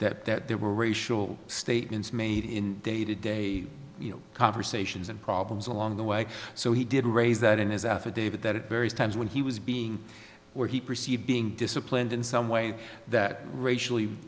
that that there were racial statements made in day to day conversations and problems along the way so he did raise that in his affidavit that it various times when he was being where he perceived being disciplined in some way that racially